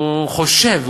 הוא חושב,